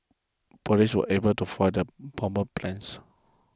police were able to foil the bomber's plans